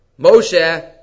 Moshe